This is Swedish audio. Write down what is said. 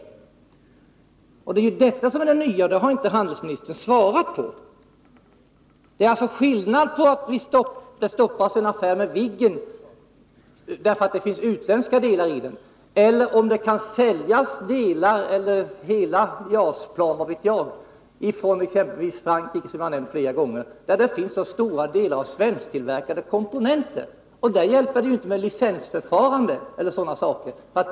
Det är detta som är det nya, och frågorna kring detta har inte handelsministern svarat på. Det är skillnad mellan en affär med Viggen, som stoppas på grund av att det finns utländska delar i det planet, och en eventuell försäljning från exempelvis Frankrike av delar till JAS-plan — eller hela planet, vad vet jag — där det i stor utsträckning ingår svensktillverkade komponenter. I det fallet hjälper det ju inte med licensförfarande o. d.